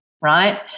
right